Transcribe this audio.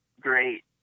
great